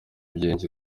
byinshi